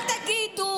אל תגידו: